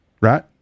Right